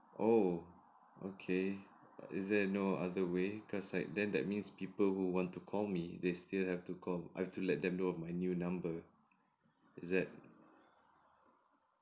oh okay is there no other way cause like then that means people who want to call me they still have to call I've to let them know of my new number is that